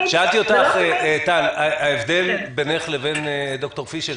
ההבדל בינך ובין ד"ר פישל,